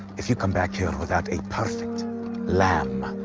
if you come back here without a perfect lamb,